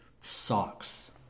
socks